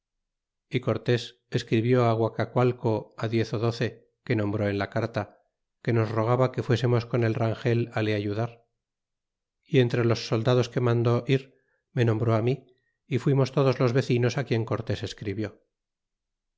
é cortés escribió guacacualco diez ó doce que nombró en la carta que nos rogaba que fuésemos con el rangel le ayudar y entre los soldados que mandó ir me nombró mí y fuimos todos los vecinos qtrien cortés escribió